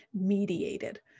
mediated